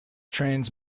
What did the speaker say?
trains